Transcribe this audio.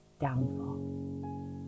downfall